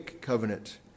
covenant